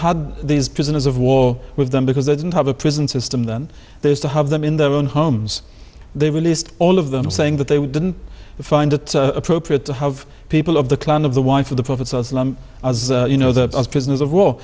had these prisoners of war with them because they didn't have a prison system then there's to have them in their own homes they released all of them saying that they didn't find it appropriate to have people of the clan of the wife of the prophet as you know the